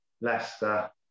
Leicester